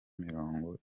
mirongo